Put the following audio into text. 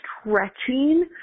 stretching